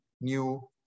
new